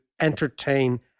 entertain